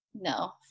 no